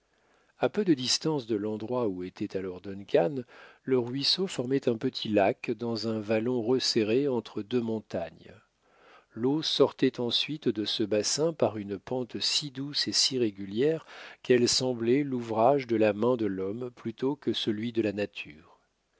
à peu de distance de l'endroit où était alors duncan le ruisseau formait un petit lac dans un vallon resserré entre deux montagnes l'eau sortait ensuite de ce bassin par une pente si douce et si régulière qu'elle semblait l'ouvrage de la main de l'homme plutôt que celui de la nature